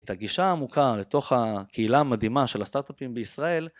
את הגישה העמוקה לתוך הקהילה המדהימה של הסטארט-אפים בישראל,